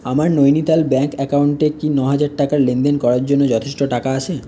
আমার নৈনিতাল ব্যাঙ্ক অ্যাকাউন্টে কি নহাজার টাকার লেনদেন করার জন্য যথেষ্ট টাকা আছে